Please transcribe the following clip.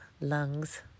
lungs